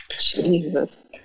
Jesus